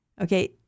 Okay